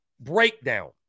breakdown